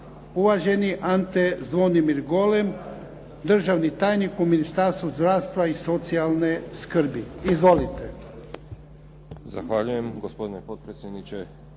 Uvaženi Ante Zvonimir Golem, državni tajnik u Ministarstvu zdravstva i socijalne skrbi. Izvolite. **Golem, Ante Zvonimir** Zahvaljujem, gospodine potpredsjedniče.